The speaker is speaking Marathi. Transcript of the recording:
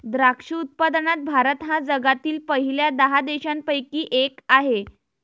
द्राक्ष उत्पादनात भारत हा जगातील पहिल्या दहा देशांपैकी एक आहे